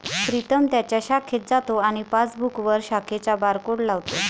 प्रीतम त्याच्या शाखेत जातो आणि पासबुकवर शाखेचा बारकोड लावतो